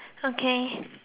okay